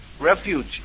refuge